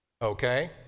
Okay